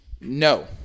No